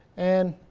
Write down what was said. and.